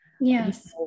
Yes